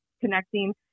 connecting